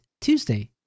Tuesday